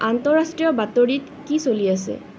আন্তঃৰাষ্ট্ৰীয় বাতৰিত কি চলি আছে